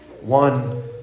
One